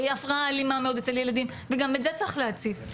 והיא הפרעה אלימה מאוד אצל ילדים וגם את זה צריך להציף,